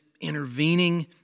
intervening